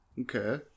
Okay